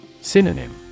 Synonym